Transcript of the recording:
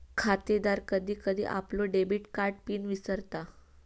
खातेदार कधी कधी आपलो डेबिट कार्ड पिन विसरता